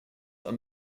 are